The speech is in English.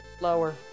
Lower